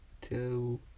Two